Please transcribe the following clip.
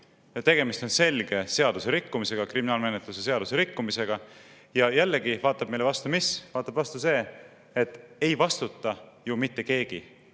Tegemist on selge seaduserikkumisega, kriminaalmenetluse seadustiku rikkumisega. Ja jällegi vaatab meile vastu mis? Vaatab vastu see, et ei vastuta mitte keegi